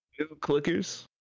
Clickers